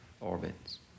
orbits